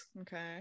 okay